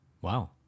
Wow